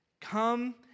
Come